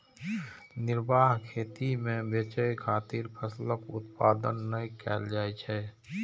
निर्वाह खेती मे बेचय खातिर फसलक उत्पादन नै कैल जाइ छै